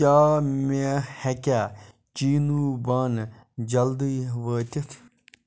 کیٛاہ مےٚ ہٮ۪کیٛاہ چیٖنو بانہٕ جلدٕے وٲتِتھ